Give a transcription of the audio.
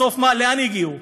בסוף לאן הגיעו?